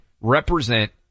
represent